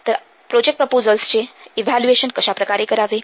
तर प्रोजेक्ट प्रपोझल्सचे इव्हॅल्युएशन कशाप्रकारे करावे